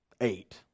eight